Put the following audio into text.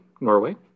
norway